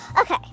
Okay